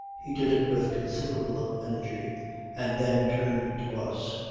he did it with considerable energy and then turned to us.